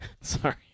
sorry